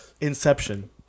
Inception